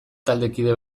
taldekide